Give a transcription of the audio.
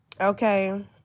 okay